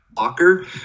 locker